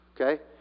Okay